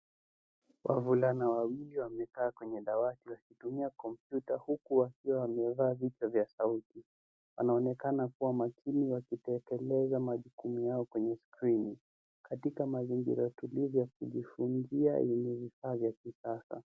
Wavulana wawili wamekaa kwenye dawati wakitumia kompyuta huku wakiwa wamevaa vichwa vya sauti. Wanaonekana kuwa makini wakitelekeza majukumu yao kwenye skrini katika mazingira tulivu ya kujifunzia yenye vifaa vya kisasa.